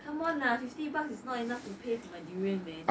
come on lah fifty bucks is not enough to pay for my durian man